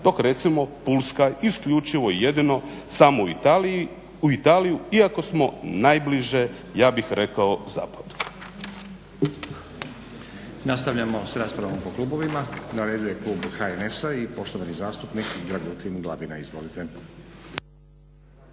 Dok recimo pulska isključivo i jedino samo u Italiju iako smo najbliže ja bih rekao zapadu.